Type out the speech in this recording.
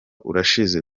urashize